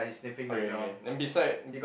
okay okay then beside